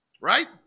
right